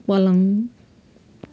पलङ